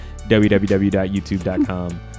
www.youtube.com